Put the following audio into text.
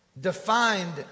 defined